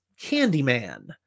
Candyman